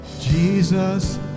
Jesus